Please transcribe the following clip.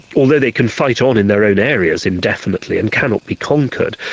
although they can fight on in their own areas indefinitely and cannot be conquered,